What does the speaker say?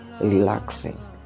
relaxing